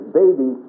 baby